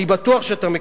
אני בטוח שאתה מכיר.